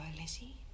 Lizzie